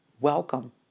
welcome